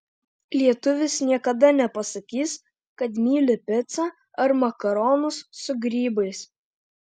lietuvis niekada nepasakys kad myli picą ar makaronus su grybais